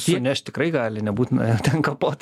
sunešt tikrai gali nebūtina ten kapot